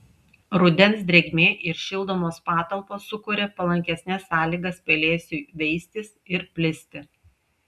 rudens drėgmė ir šildomos patalpos sukuria palankesnes sąlygas pelėsiui veistis ir plisti